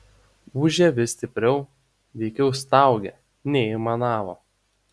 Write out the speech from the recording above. ūžė vis stipriau veikiau staugė nei aimanavo